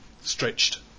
stretched